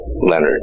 Leonard